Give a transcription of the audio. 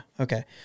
okay